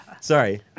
Sorry